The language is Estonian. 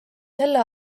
selle